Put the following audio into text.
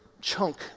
chunk